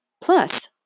Plus